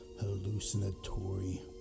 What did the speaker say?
hallucinatory